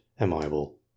amiable